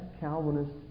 Calvinist